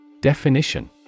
Definition